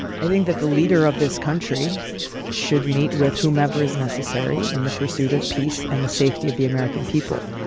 i think that the leader of this country should meet with whomever is necessary in the pursuit of peace and the safety of the american people.